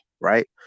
right